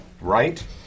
right